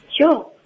sure